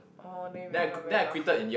orh then you become very buff